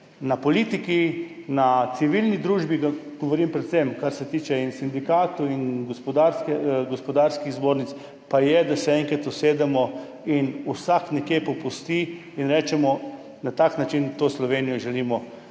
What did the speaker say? Na politiki, na civilni družbi, govorim predvsem, kar se tiče in sindikatov in gospodarskih zbornic, pa je, da se enkrat usedemo in vsak nekje popusti in rečemo, na tak način to Slovenijo želimo